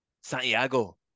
Santiago